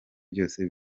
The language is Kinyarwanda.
byose